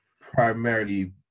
primarily